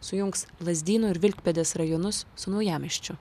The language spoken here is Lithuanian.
sujungs lazdynų ir vilkpėdės rajonus su naujamiesčiu